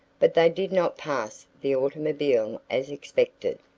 but they did not pass the automobile as expected.